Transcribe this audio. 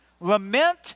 Lament